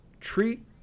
treat